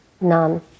none